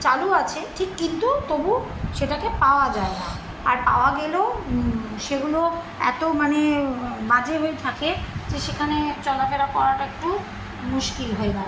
চালু আছে ঠিক কিন্তু তবু সেটাকে পাওয়া যায় না আর পাওয়া গেলেও সেগুলো এত মানে মাঝের হয়ে থাকে যে সেখানে চলাফেরা করাটা একটু মুশকিল হয়ে দাঁড়ায়